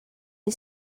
ein